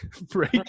break